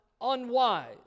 unwise